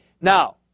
Now